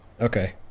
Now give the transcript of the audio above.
Okay